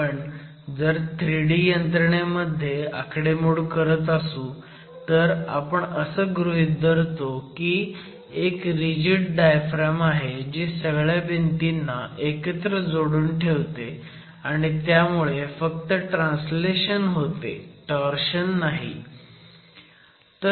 पण जर 3D यंत्रणेमध्ये आकडेमोड करत असू तर आपण असं गृहीत धरतो की एक रिजिड डायफ्रॅम आहे जी सगळ्या भिंतींना एकत्र जोडून ठेवते आणि त्यामुळे फक्त ट्रान्सलेशन होते टोर्शन नाही